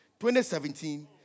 2017